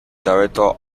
director